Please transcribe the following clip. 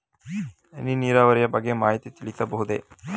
ಹನಿ ನೀರಾವರಿಯ ಬಗ್ಗೆ ಮಾಹಿತಿ ತಿಳಿಸಬಹುದೇ?